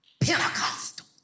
Pentecostal